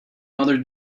mother